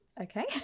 Okay